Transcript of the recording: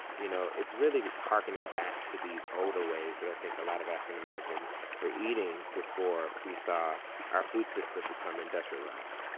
you know it's really hearkening back to these older ways that i think a lot of african-americans were eating before we saw our food system become industrialized.